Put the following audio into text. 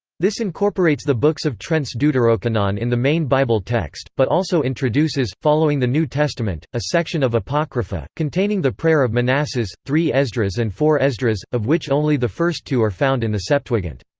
this incorporates the books of trent's deuterocanon in the main bible text but also introduces, following the new testament, a section of apocrypha, containing the prayer of manasses, three esdras and four esdras, of which only the first two are found in the septuagint.